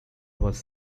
was